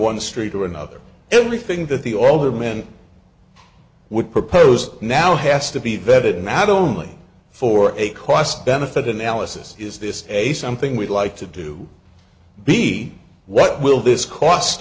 one street to another everything that the aldermen would propose now has to be vetted not only for a cost benefit analysis is this a something we'd like to do be what will this cost